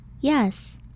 Yes